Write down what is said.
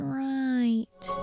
right